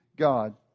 god